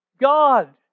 God